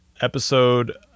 episode